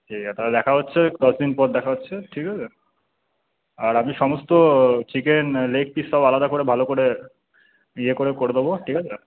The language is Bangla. ঠিক আছে তাহলে দেখা হচ্ছে দশ দিন পর দেখা হচ্ছে ঠিক আছে আর আমি সমস্ত চিকেন লেগপিস সব আলাদা করে ভালো করে ইয়ে করে করে দেবো ঠিক আছে